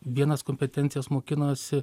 vienas kompetencijos mokinosi